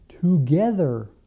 together